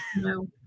No